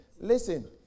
Listen